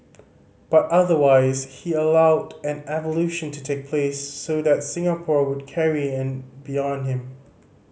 but otherwise he allowed an evolution to take place so that Singapore would carry on beyond him